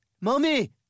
Mommy